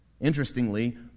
Interestingly